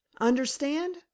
understand